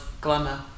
glamour